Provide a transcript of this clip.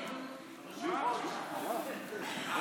מיקי,